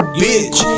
bitch